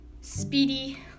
speedy